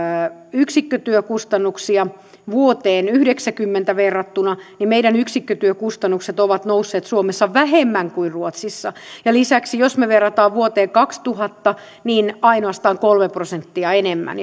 yksikkötyökustannuksia vuoteen yhdeksänäkymmenenä verrattuna niin meidän yksikkötyökustannukset ovat nousseet suomessa vähemmän kuin ruotsissa ja lisäksi jos me vertaamme vuoteen kaksituhatta niin ainoastaan kolme prosenttia enemmän